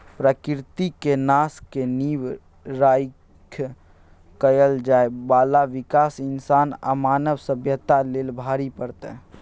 प्रकृति के नाश के नींव राइख कएल जाइ बाला विकास इंसान आ मानव सभ्यता लेल भारी पड़तै